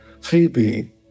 Phoebe